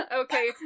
okay